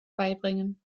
beibringen